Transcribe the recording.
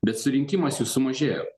bet surinkimas jų sumažėjo